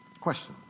Question